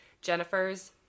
Jennifer's